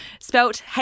Spelt